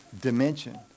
dimension